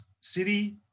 city